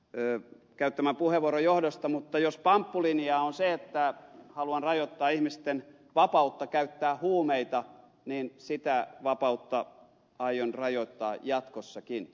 arhinmäen käyttämän puheenvuoron johdosta mutta jos pamppulinjaa on se että haluan rajoittaa ihmisten vapautta käyttää huumeita niin sitä vapautta aion rajoittaa jatkossakin